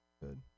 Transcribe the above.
Good